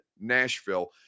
Nashville